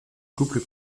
couple